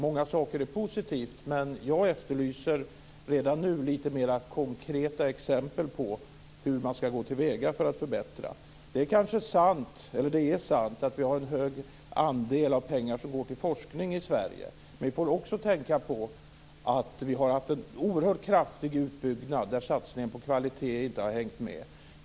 Många saker är positiva, men jag efterlyser redan nu lite mer konkreta exempel på hur man ska gå till väga för att nå en förbättring. Det är sant att vi har en stor andel pengar som går till forskning i Sverige, men vi får också tänka på att vi har haft en oerhört kraftig utbyggnad där satsningen på kvalitet inte har hängt med.